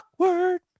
Awkward